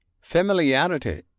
Familiarity